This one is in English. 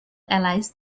allies